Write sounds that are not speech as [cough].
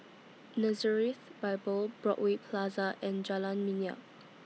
[noise] Nazareth Bible Broadway Plaza and Jalan Minyak